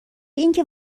اینکه